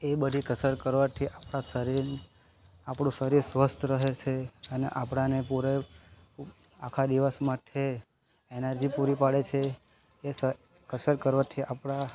એ બધી કસરત કરવાથી આપણાં શરીર આપણું શરીર સ્વસ્થ રહે છે અને આપણને પૂરે આખા દિવસ માટે એનર્જી પૂરી પાડે છે એ કસરત કરવાથી આપણા